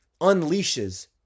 unleashes